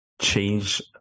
change